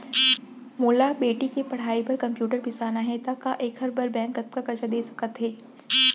मोला बेटी के पढ़ई बार कम्प्यूटर बिसाना हे त का एखर बर बैंक कतका करजा दे सकत हे?